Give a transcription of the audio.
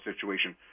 situation